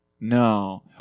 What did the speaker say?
No